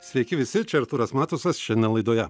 sveiki visi čia artūras matusas šiandien laidoje